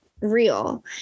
real